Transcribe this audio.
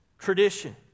Tradition